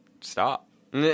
stop